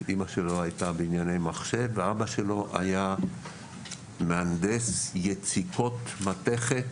אימא שלו הייתה בענייני מחשב ואבא שלו היה מהנדס יציקות מתכת